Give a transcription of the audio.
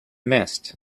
missed